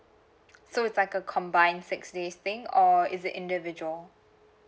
so it's like a combine six days thing or is it individual